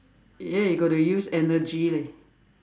ya you got to use energy leh